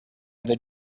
other